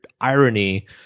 irony